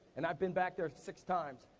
and i've been back there six time,